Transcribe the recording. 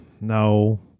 No